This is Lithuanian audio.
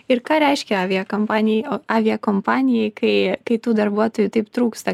ir ką reiškia aviakampanijai o aviakompanijai kai kai tų darbuotojų taip trūksta